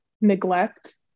neglect